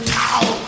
town